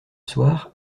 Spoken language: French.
soir